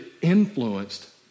influenced